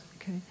Okay